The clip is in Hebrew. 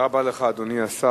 תודה רבה לך, אדוני השר.